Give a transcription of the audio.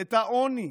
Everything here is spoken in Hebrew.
את העוני,